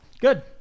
good